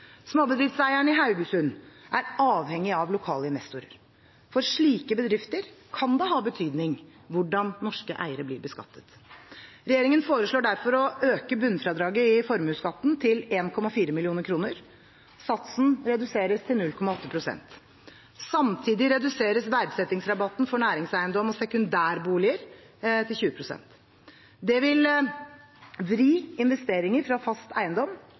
Småbedriftseieren i Haugesund er avhengig av lokale investorer. For slike bedrifter kan det ha betydning hvordan norske eiere blir beskattet. Regjeringen foreslår derfor å øke bunnfradraget i formuesskatten til 1,4 mill. kr. Satsen reduseres til 0,8 pst. Samtidig reduseres verdsettingsrabatten for næringseiendom og sekundærboliger til 20 pst. Det vil vri investeringer fra fast eiendom